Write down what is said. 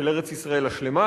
של ארץ-ישראל השלמה